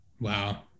Wow